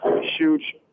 huge